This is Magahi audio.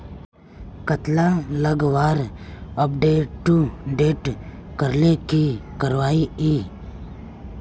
कतला लगवार अपटूडेट करले की करवा ई?